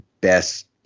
best